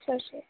ਸਤਿ ਸ਼੍ਰੀ ਅਕਾਲ